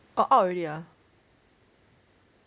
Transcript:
orh out already ah